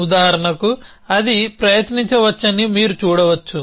ఉదాహరణకు అది ప్రయత్నించవచ్చని మీరు చూడవచ్చు